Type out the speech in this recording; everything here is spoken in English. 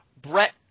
Brett